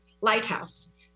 lighthouse